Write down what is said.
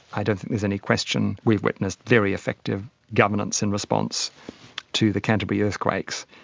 i don't think there's any question we've witnessed very effective governance in response to the canterbury earthquakes,